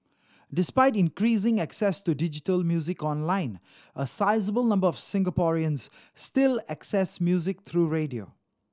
despite increasing access to digital music online a sizeable number of Singaporeans still access music through radio